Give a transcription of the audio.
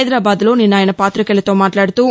హైదరాబాదులో నిన్న ఆయన పాతికేయులతో మాట్లాడుతూ